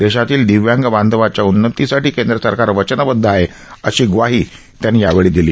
देशातील दिव्यांग बांधवांच्या उन्नतीसाठी केंद्र सरकार वचनबद्ध् आहे अशी ग्वाही त्यांनी यावेळी दिली